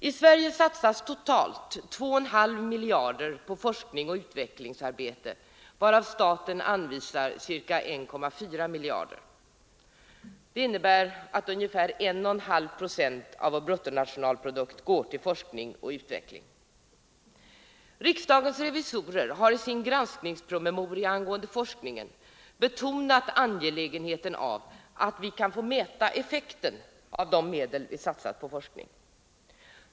I Sverige satsas totalt 2,5 miljarder på forskning och utvecklingsarbete, varav staten anvisar ca 1,4 miljarder. Det innebär att ungefär 1,5 procent av vår bruttonationalprodukt går till forskning och utveckling. Riksdagens revisorer har i sin granskningspromemoria angående forskningen betonat angelägenheten av att vi kan mäta effekten av de medel vi satsar på forskning.